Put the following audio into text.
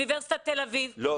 זה אוניברסיטת תל אביב --- לא,